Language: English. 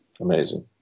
amazing